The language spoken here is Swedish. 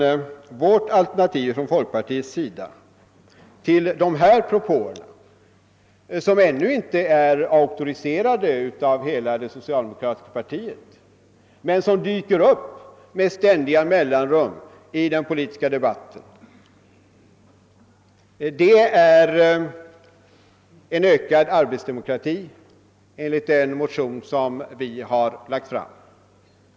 Folkpartiets alternativ till de här socialiseringspropåerna, som ännu inte är auktoriserade av hela det socialdemokratiska partiet men som ständigt dyker upp med jämna mellanrum i den politiska debatten, är en ökad arbetsdemokrati enligt den motion som vi har väckt.